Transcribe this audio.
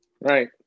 Right